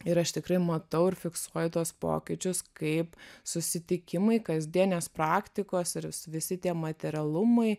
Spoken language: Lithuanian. ir aš tikrai matau ir fiksuoju tuos pokyčius kaip susitikimai kasdienės praktikos ir v visi tie materialumai